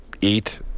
eat